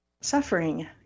Suffering